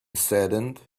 saddened